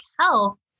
health